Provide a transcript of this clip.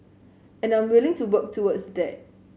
and I'm willing to work towards that